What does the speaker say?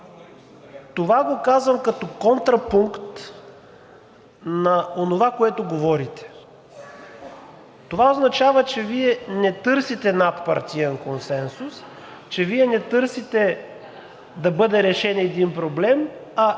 Това казвам като контрапункт на онова, което говорите. Това означава, че Вие не търсите надпартиен консенсус, че Вие не търсите да бъде решен един проблем, а